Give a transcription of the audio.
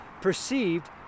perceived